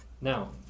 Now